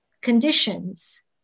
conditions